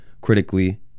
critically